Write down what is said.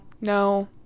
no